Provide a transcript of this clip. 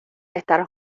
estar